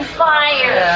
fire